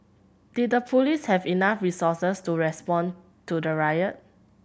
did the police have enough resources to respond to the riot